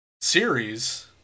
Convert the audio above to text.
series